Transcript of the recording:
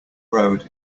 road